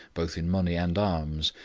both in money and arms,